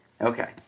Okay